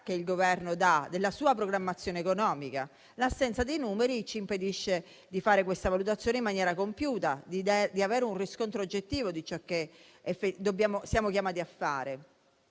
che il Governo dà della propria programmazione economica. L'assenza dei numeri ci impedisce di fare questa valutazione in maniera compiuta, di avere un riscontro oggettivo di ciò che siamo chiamati a fare.